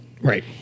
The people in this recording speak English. Right